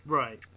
right